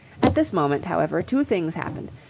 at this moment, however, two things happened.